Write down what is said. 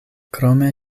krome